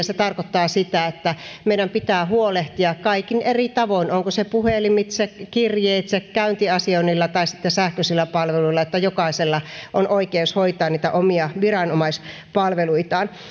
se tarkoittaa sitä että meidän pitää huolehtia kaikin eri tavoin olkoon se puhelimitse kirjeitse käyntiasioinnilla tai sitten sähköisillä palveluilla että jokaisella on oikeus hoitaa niitä omia viranomaispalveluitaan